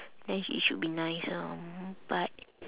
then it should be nice ah but